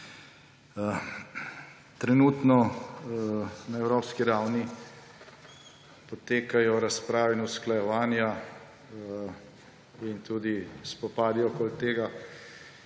Trenutno na evropski ravni potekajo razprave in usklajevanja in tudi spopadi okoli tega,